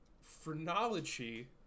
phrenology